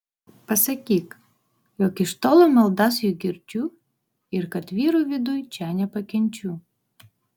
pasakyk jog iš tolo maldas jų girdžiu ir kad vyrų viduj čia nepakenčiu